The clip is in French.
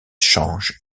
change